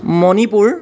Manipur